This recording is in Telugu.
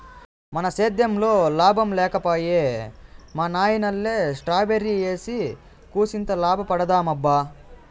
మన సేద్దెంలో లాభం లేక పోయే మా నాయనల్లె స్ట్రాబెర్రీ ఏసి కూసింత లాభపడదామబ్బా